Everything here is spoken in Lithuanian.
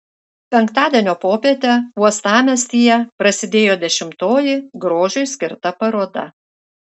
penktadienio popietę uostamiestyje prasidėjo dešimtoji grožiui skirta paroda